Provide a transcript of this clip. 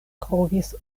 trovis